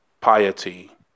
piety